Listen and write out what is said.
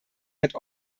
hat